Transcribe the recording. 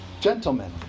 Gentlemen